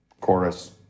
chorus